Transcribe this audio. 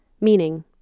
meaning